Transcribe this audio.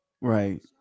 Right